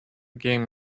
game